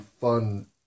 fun